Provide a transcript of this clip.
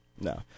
no